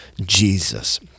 Jesus